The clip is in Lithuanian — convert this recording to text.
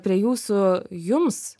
prie jūsų jums